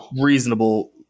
reasonable